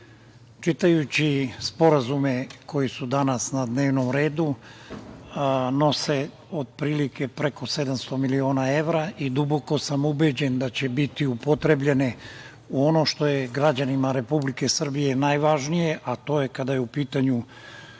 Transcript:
čitajući sporazume koji su danas na dnevnom redu, nose otprilike preko 700 miliona evra i duboko sam ubeđen da će biti upotrebljeni u ono što je građanima Republike Srbije najvažnije, a to je kada je u pitanju